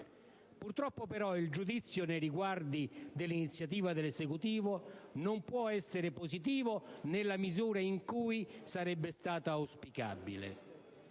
Purtroppo, però, il giudizio nei riguardi dell'iniziativa dell'Esecutivo non può essere positivo nella misura in cui sarebbe stato auspicabile.